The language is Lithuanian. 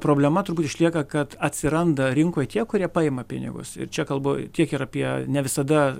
problema turbūt išlieka kad atsiranda rinkoj tie kurie paima pinigus ir čia kalbu tiek ir apie ne visada